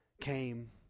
came